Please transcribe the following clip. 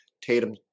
Tatum